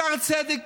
שערי צדק,